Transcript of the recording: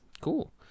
cool